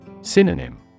Synonym